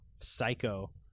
psycho